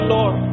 Lord